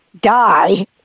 die